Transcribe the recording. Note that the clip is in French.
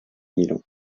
milan